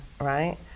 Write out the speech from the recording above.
Right